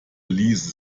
ließe